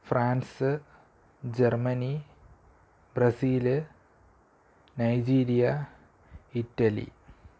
France Germany Brazil Nigeria Italy